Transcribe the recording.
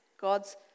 God's